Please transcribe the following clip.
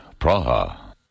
Praha